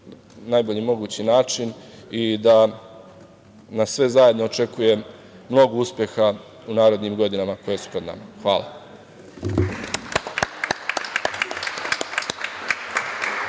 najbolji mogući način i da nas sve zajedno očekuje mnogo uspeha u narednim godinama koje su pred nama. Hvala.